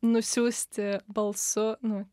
nusiųsti balsu nu